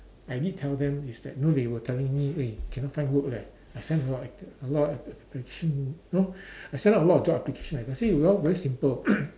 I did tell them is that no they were telling me eh cannot find work leh I send a lot a lot application know I send out a lot of job application I say you know very simple